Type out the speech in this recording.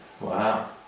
Wow